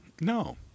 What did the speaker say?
No